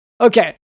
okay